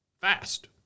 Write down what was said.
fast